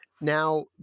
Now